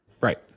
Right